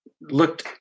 looked